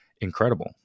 incredible